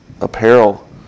apparel